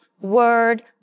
word